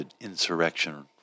insurrection